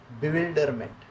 bewilderment